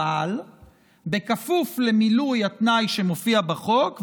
אבל בכפוף למילוי התנאי שמופיע בחוק,